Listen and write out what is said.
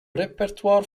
repertoire